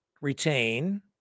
retain